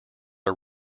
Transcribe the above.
are